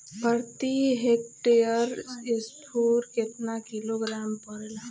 प्रति हेक्टेयर स्फूर केतना किलोग्राम परेला?